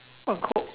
what quote